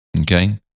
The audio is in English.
okay